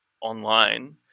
online